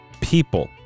people